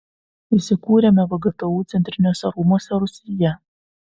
įsikūrėme vgtu centriniuose rūmuose rūsyje